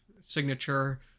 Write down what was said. signature